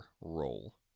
role